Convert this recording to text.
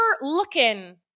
looking